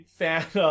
fan